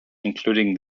including